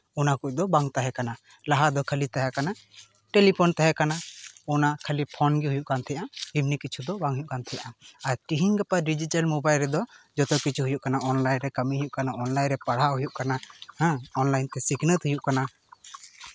ᱚᱱᱟ ᱠᱚᱫᱚ ᱵᱟᱝ ᱛᱟᱦᱮᱸ ᱠᱟᱱᱟ ᱞᱟᱦᱟ ᱫᱚ ᱠᱷᱟᱹᱞᱤ ᱛᱟᱦᱮᱸ ᱠᱟᱱᱟ ᱴᱮᱞᱤᱯᱷᱳᱱ ᱛᱟᱦᱮᱸ ᱠᱟᱱᱟ ᱚᱱᱟ ᱠᱷᱟᱹᱞᱤ ᱯᱷᱳᱱ ᱜᱮ ᱦᱩᱭᱩᱜ ᱠᱟᱱ ᱛᱟᱦᱮᱸᱫᱼᱟ ᱮᱢᱱᱤ ᱠᱤᱪᱷᱩ ᱫᱚ ᱵᱟᱝ ᱦᱩᱭᱩᱜ ᱛᱟᱦᱮᱸᱫᱼᱟ ᱟᱨ ᱛᱮᱦᱤᱧ ᱜᱟᱯᱟ ᱰᱤᱡᱤᱴᱮᱞ ᱢᱳᱵᱟᱭᱤᱞ ᱨᱮᱫᱚ ᱡᱚᱛᱚ ᱠᱤᱪᱷᱩ ᱦᱩᱭᱩᱜ ᱠᱟᱱᱟ ᱚᱱᱞᱟᱭᱤᱱ ᱨᱮ ᱠᱟᱹᱢᱤ ᱦᱩᱭᱩᱜ ᱠᱟᱱᱟ ᱚᱱᱞᱟᱭᱤᱱ ᱨᱮ ᱯᱟᱲᱦᱟᱜ ᱦᱩᱭᱩᱜ ᱠᱟᱱᱟ ᱦᱮᱸ ᱚᱱᱞᱟᱭᱤᱱ ᱛᱮ ᱥᱤᱠᱷᱱᱟᱹᱛ ᱦᱩᱭᱩᱜ ᱠᱟᱱᱟ